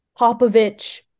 Popovich